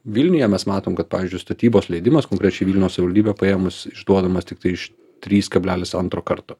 vilniuje mes matom kad pavyzdžiui statybos leidimas konkrečiai vilniaus savivaldybė paėmus išduodamas tiktai iš trys kablelis antro karto